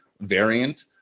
variant